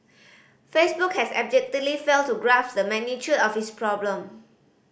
Facebook has abjectly failed to grasp the magnitude of its problem